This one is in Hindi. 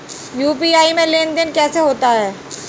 यू.पी.आई में लेनदेन कैसे होता है?